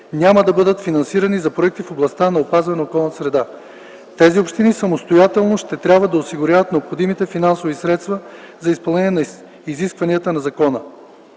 няма да бъдат финансирани за проекти в областта на опазване на околната среда. Тези общини самостоятелно ще трябва да осигуряват необходимите финансови средства за изпълнение на изискванията на закона.